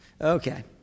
Okay